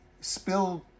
spill